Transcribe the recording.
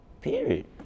period